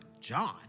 John